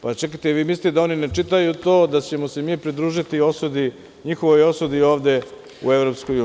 Pa vi mislite da oni ne čitaju to, da ćemo se mi pridružiti njihovoj osudi ovde u EU?